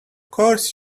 course